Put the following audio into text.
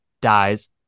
dies